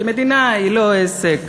כי מדינה היא לא עסק,